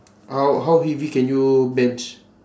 how how heavy can you bench